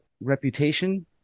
reputation